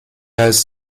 heißt